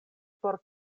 por